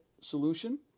solution